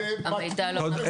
המידע לא נכון.